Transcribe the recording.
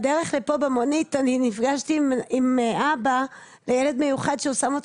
בדרך לפה במונית אני נפגשתי עם אבא לילד מיוחד שהוא שם אותו